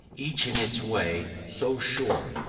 each in its way so sure,